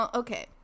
okay